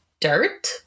dirt